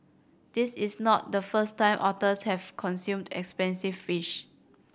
this is not the first time otters have consumed expensive fish